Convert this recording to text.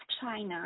China